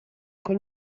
col